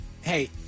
Hey